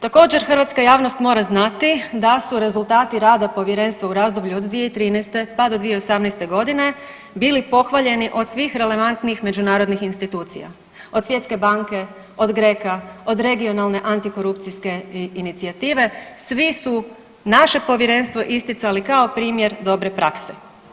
Također hrvatska javnost mora znati da su rezultati rada povjerenstva u razdoblju od 2013. pa do 2018.g. bili pohvaljeni od svih relevantnih međunarodnih institucija, od Svjetske banke, od GRECO-a, od Regionalne antikorupcijske inicijative svi su naše povjerenstvo isticali kao primjer dobre prakse.